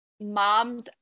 mom's